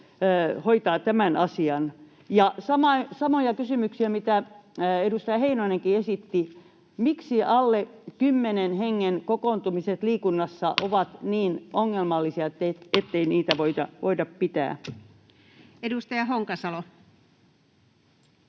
hoitaa tämän asian? Ja samoja kysymyksiä, mitä edustaja Heinonenkin esitti: miksi alle kymmenen hengen kokoontumiset liikunnassa ovat niin ongelmallisia, ettei niitä voida pitää? [Speech 103]